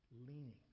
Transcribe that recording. leaning